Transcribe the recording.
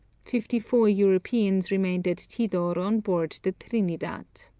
fifty-four europeans remained at tidor on board the trinidad.